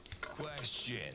Question